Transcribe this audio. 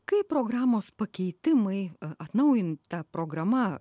kaip programos pakeitimai atnaujinta programa